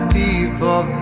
people